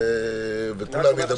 וכולם ידברו.